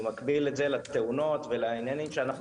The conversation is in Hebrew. אני מקביל את זה לתאונות ולעניינים שאנחנו